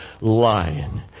lion